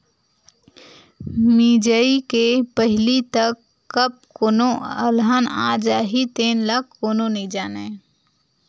मिजई के पहिली तक कब कोनो अलहन आ जाही तेन ल कोनो नइ जानय